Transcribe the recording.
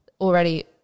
already